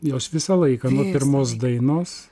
jos visą laiką nuo pirmos dainos